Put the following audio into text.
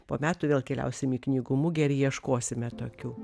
po metų vėl keliausim į knygų mugę ir ieškosime tokių